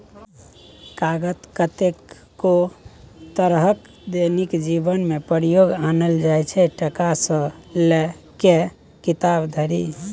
कागत कतेको तरहक दैनिक जीबनमे प्रयोग आनल जाइ छै टका सँ लए कए किताब धरि